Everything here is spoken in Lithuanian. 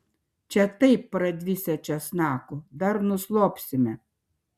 čia taip pradvisę česnaku dar nuslopsime